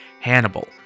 Hannibal